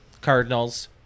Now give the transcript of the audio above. Cardinals